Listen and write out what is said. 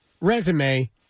resume